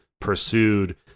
pursued